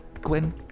Gwen